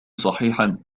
صحيحًا